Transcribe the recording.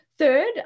Third